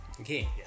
Okay